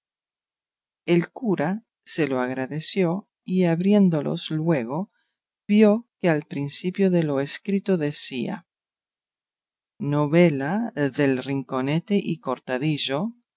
el cura se lo agradeció y abriéndolos luego vio que al principio de lo escrito decía novela de rinconete y cortadillo